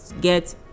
get